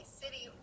city